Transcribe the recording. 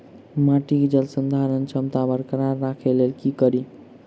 माटि केँ जलसंधारण क्षमता बरकरार राखै लेल की कड़ी?